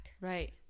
right